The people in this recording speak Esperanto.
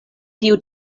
tiu